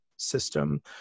system